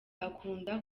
akunda